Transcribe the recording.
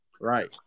Right